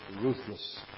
ruthless